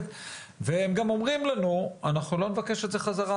והם גם אומרים לנו אנחנו לא נבקש את זה חזרה,